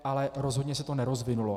Ale rozhodně se to nerozvinulo.